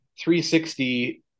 360